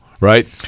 right